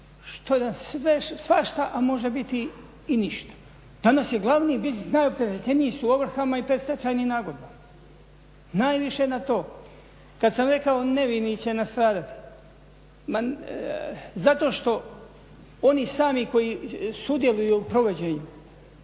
što na sve, svašta a može biti i ništa. Danas je glavni biznis, najopterećeniji su ovrhama i predstečajnim nagodbama, najviše na to, kad sam rekao nevini će nastradati, zato što oni sami koji sudjeluju u provođenju